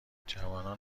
جوانان